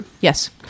yes